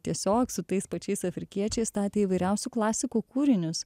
tiesiog su tais pačiais afrikiečiais statė įvairiausių klasikų kūrinius